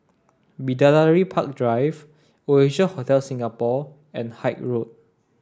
Bidadari Park Drive Oasia Hotel Singapore and Haig Road